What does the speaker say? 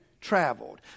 traveled